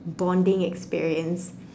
bonding experience